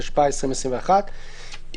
התשפ"א 2021,